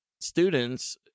students